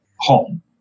home